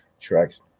Tracks